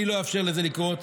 אני לא אאפשר לזה לקרות.